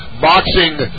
boxing